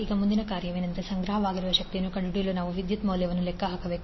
ಈಗ ಮುಂದಿನ ಕಾರ್ಯವೆಂದರೆ ಸಂಗ್ರಹವಾಗಿರುವ ಶಕ್ತಿಯನ್ನು ಕಂಡುಹಿಡಿಯಲು ನಾವು ವಿದ್ಯುತ್ ಮೌಲ್ಯವನ್ನು ಲೆಕ್ಕ ಹಾಕಬೇಕು